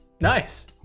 Nice